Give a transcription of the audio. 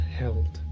held